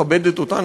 מכבדת אותנו,